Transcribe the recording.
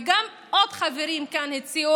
ועוד חברים כאן הציעו,